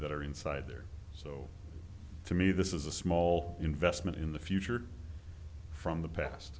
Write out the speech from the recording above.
that are inside there so to me this is a small investment in the future from the past